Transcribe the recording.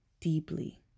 deeply